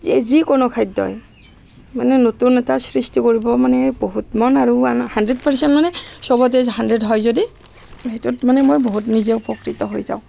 এই যিকোনো খাদ্যই মানে নতুন এটা সৃষ্টি কৰিব মানে বহুত মন আৰু ওৱান হানড্ৰেড পাৰ্চেণ্ট মানে চবতে হানড্ৰেড হয় যদি সেইটোত মানে মই বহুতখিনি নিজে উপকৃত হৈ যাওঁ